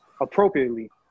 appropriately